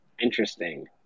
Interesting